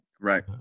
Right